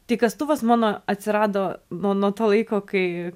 tai kastuvas mano atsirado nuo nuo to laiko kai